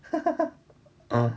uh